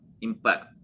impact